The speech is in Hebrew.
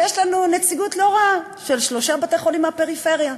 יש לנו נציגות לא רעה של שלושה בתי-חולים מהפריפריה.